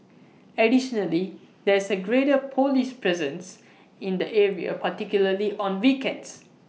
additionally there is A greater Police presence in the area particularly on weekends